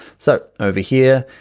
so over here,